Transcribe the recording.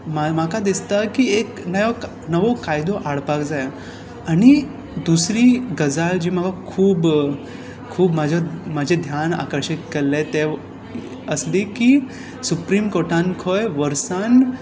म्हाका दिसता की एक नवो कायदो हाडपाक जाय आनी दुसरी गजाल जी म्हाका खूब खूब म्हजें ध्यान आकर्शीत केल्लें तें आसली की सुप्रिम कॉर्टांत खंय वर्सांत